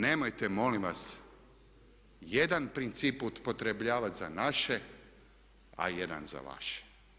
Nemojte molim vas jedan princip upotrebljavat za naše, a jedan za vaše.